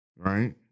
right